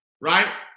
right